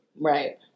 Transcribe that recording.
Right